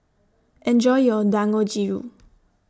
Enjoy your Dangojiru